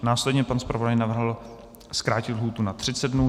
Následně pan zpravodaj navrhl zkrátit lhůtu na 30 dnů.